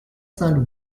saint